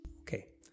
Okay